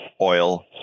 oil